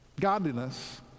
Godliness